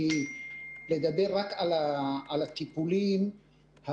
כי לא נכון לדבר רק על הטיפולים הפרטניים,